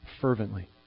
Fervently